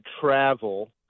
travel